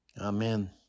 Amen